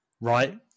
right